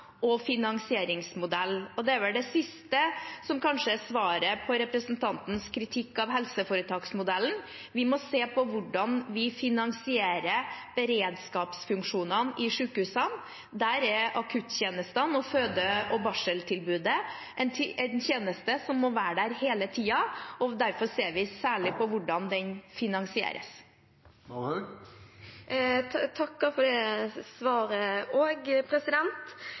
og finansieringsmodell, og det er vel det siste som kanskje er svaret på representantens kritikk av helseforetaksmodellen. Vi må se på hvordan vi finansierer beredskapsfunksjonene i sykehusene. Der er akuttjenestene og føde- og barseltilbudet en tjeneste som må være der hele tiden, og derfor ser vi særlig på hvordan den finansieres. Jeg takker for det svaret